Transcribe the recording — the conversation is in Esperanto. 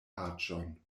aĝon